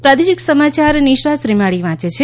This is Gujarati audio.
પ્રાદેશિક સમાચાર નિશા શ્રીમાળી વાંચે છે